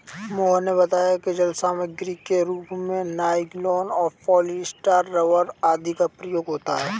मोहन ने बताया कि जाल सामग्री के रूप में नाइलॉन, पॉलीस्टर, रबर आदि का प्रयोग होता है